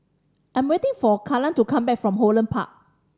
I am waiting for Kaylan to come back from Holland Park